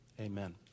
Amen